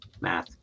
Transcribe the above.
math